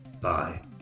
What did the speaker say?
Bye